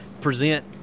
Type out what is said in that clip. present